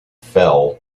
fell